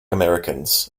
americans